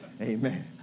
Amen